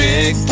Big